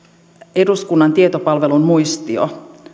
eduskunnan tietopalvelun muistio